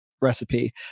recipe